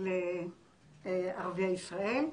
לערביי ישראל,